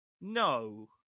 No